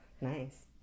Nice